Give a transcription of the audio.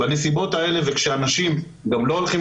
בנסיבות האלה וכשאנשים גם לא הולכים